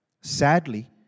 Sadly